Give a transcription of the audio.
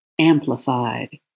amplified